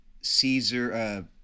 Caesar